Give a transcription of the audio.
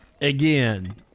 again